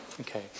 Okay